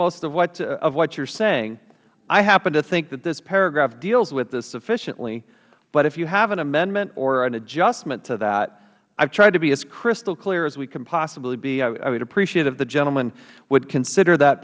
most of what you are saying i happen to think that this paragraph deals with this sufficiently but if you have an amendment or an adjustment to that i have tried to be as crystal clear as we can possibly be i would appreciate if the gentleman would consider that